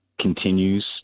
continues